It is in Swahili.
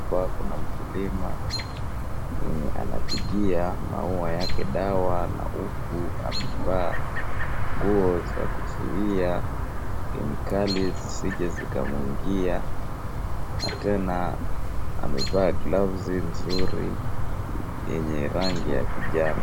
Hapa kuna mkulima mwenye anapigia maua yake dawa na uku amevaa nguo za kuzuia kemikali zisije zikamuingia na tena amevaa gloves vizuri yenye rangi ya kijani.